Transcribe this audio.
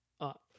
up